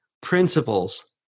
principles